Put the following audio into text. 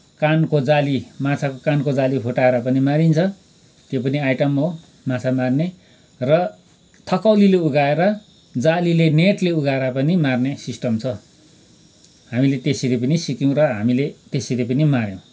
कानको जाली माछाको कानको जाली फुटाएर पनि मारिन्छ त्यो पनि आइटम हो माछा मार्ने र थकौलीले उघाएँर जालीले नेटले उघाएँर पनि मार्ने सिस्टम छ हामीले त्यसरी पनि सिक्यौँ र हामीले त्यसरी पनि माऱ्यौँ